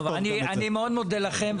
אני מאוד מודה לכם.